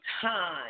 time